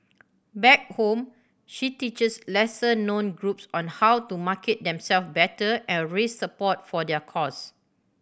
back home she teaches lesser known groups on how to market themselves better and raise support for their cause